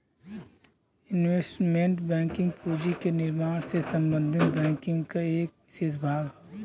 investment banking पूंजी के निर्माण से संबंधित बैंकिंग क एक विसेष भाग हौ